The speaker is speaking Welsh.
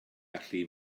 gallu